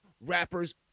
rappers